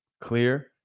clear